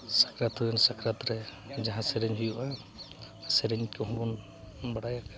ᱥᱟᱠᱨᱟᱛ ᱦᱩᱭᱮᱱ ᱥᱟᱠᱨᱟᱛ ᱨᱮ ᱡᱟᱦᱟᱸ ᱥᱮᱨᱮᱧ ᱦᱩᱭᱩᱜᱼᱟ ᱥᱮᱨᱮᱧ ᱠᱚᱦᱚᱸ ᱵᱚᱱ ᱵᱟᱰᱟᱭ ᱟᱠᱟᱜᱼᱟ